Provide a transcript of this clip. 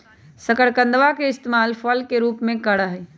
शकरकंदवा के इस्तेमाल फल के रूप में भी करा हई